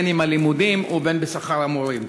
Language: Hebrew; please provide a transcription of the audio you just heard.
בין בלימודים ובין בשכר המורים.